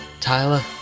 Tyler